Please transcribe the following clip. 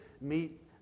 meet